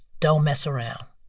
don't mess around.